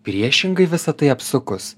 priešingai visa tai apsukus